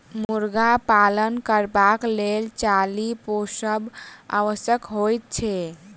मुर्गा पालन करबाक लेल चाली पोसब आवश्यक होइत छै